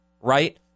right